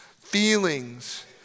feelings